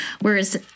Whereas